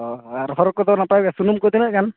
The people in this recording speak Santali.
ᱦᱚᱨ ᱠᱚᱫᱚ ᱱᱟᱯᱟᱭ ᱜᱮᱭᱟ ᱥᱩᱱᱩᱢ ᱠᱚ ᱛᱤᱱᱟᱹᱜ ᱜᱟᱱ